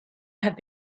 have